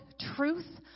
truth